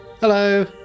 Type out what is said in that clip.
Hello